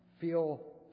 feel